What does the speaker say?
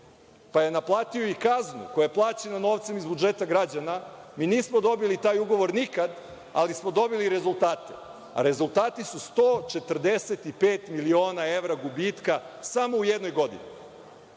pa je naplatio i kaznu, koja je plaćena novcem iz budžeta građana, mi nismo dobili taj ugovor nikada, ali smo dobili rezultate. Rezultati su 145 miliona evra gubitka, samo u jednoj godini. Da